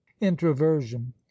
introversion